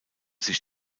sich